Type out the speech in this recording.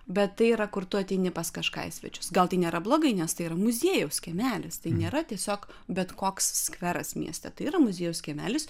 bet tai yra kur tu ateini pas kažką į svečius gal tai nėra blogai nes tai yra muziejaus kiemelis tai nėra tiesiog bet koks skveras mieste tai yra muziejaus kiemelis